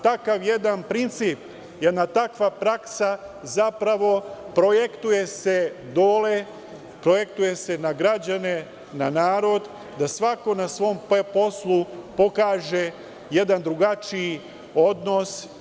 Takav jedan princip, takva jedna praksa se zapravo projektuje dole, projektuje se na građane, na narod, da svako na svom poslu pokaže jedan drugačiji odnos.